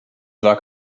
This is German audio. war